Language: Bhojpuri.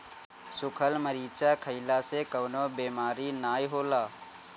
सुखल मरीचा खईला से कवनो बेमारी नाइ होला